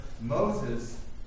Moses